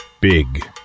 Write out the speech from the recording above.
big